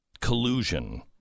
collusion